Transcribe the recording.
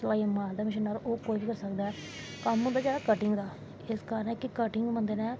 मशीनां पर ओह् सींदा ऐ कम्म होंदा जेह्ड़ा कट्टिंग दा एह् कारन ऐ कि कटिंग बंदे नै